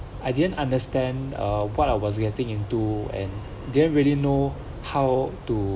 I didn't understand uh what I was getting into and didn't really know how to